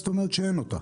זאת אומרת שאין להם.